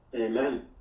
Amen